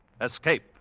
Escape